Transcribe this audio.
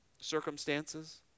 circumstances